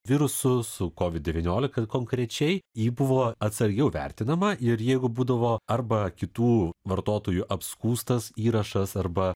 virusu su kovid devyniolika konkrečiai jį buvo atsargiau vertinama ir jeigu būdavo arba kitų vartotojų apskųstas įrašas arba